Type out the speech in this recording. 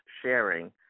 sharing